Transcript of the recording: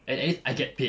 and at least I get paid